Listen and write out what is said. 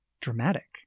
dramatic